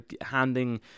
handing